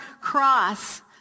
cross